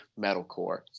metalcore